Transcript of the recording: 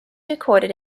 recorded